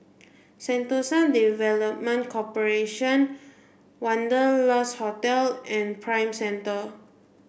Sentosa Development Corporation Wanderlust Hotel and Prime Centre